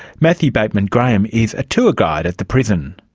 matthew bateman-graham is a tour guide at the prison.